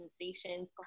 sensations